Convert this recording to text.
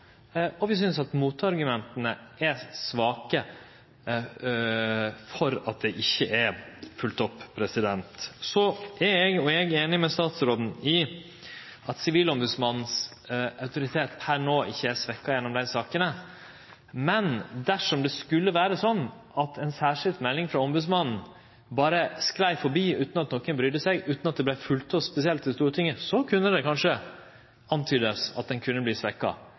opp. Vi synest at motargumenta til at dei ikkje er følgde opp, er svake. Så er eg einig med statsråden i at Sivilombodsmannens autoritet per no ikkje er svekt gjennom desse sakene. Men dersom det skulle vere sånn at ei særskild melding frå ombodsmannen berre sklei forbi, utan at nokon brydde seg, utan at det vart følgt spesielt opp i Stortinget, kunne det kanskje verte antyda at han kunne